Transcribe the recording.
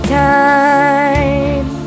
time